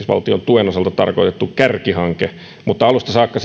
valtion tuen osalta määräaikaiseksi tarkoitettu kärkihanke mutta alusta saakka